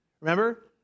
Remember